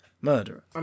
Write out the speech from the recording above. murderer